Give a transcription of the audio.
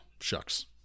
shucks